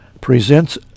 presents